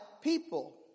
people